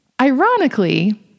Ironically